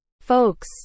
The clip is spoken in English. folks